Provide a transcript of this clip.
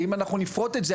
ואם אנחנו נפרוט את זה,